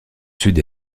sud